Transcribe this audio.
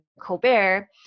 Colbert